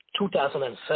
2007